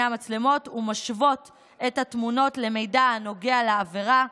המצלמות ומשוות את התמונות למידע הנוגע לעבירה,